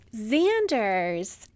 Xander's